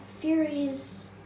theories